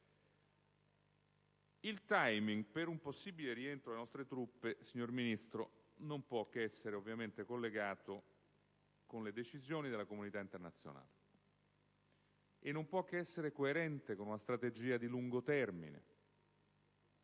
Il *timing* per un possibile rientro delle nostre truppe, signor Ministro, non può che essere ovviamente collegato alle decisioni della comunità internazionale e non può che essere coerente con una strategia di lungo termine.